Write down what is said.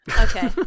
Okay